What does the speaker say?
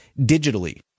digitally